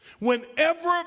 Whenever